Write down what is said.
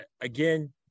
again